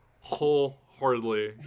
wholeheartedly